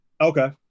Okay